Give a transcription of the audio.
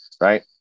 Right